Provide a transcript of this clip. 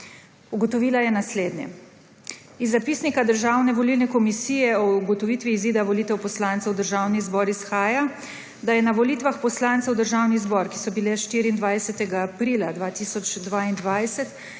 Ugotovila je naslednje. Iz zapisnika Državne volilne komisije o ugotovitvi izida volitev poslancev v Državni zbor izhaja, da je na volitvah poslancev v Državni zbor, ki so bile 24. aprila 2022,